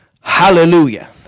Hallelujah